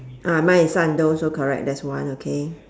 ah my is sun that also correct that's one okay